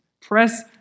Press